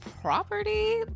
property